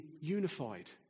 unified